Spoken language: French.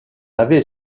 avait